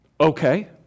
Okay